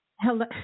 Hello